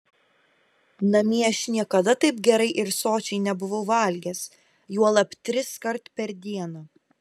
namie aš niekada taip gerai ir sočiai nebuvau valgęs juolab triskart per dieną